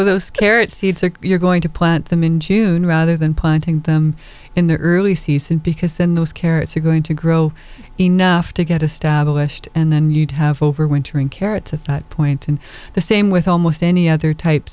those carrots seeds are you're going to plant them in june rather than planting them in the early season because then those carrots are going to grow enough to get established and then you'd have overwintering carrots at that point and the same with almost any other types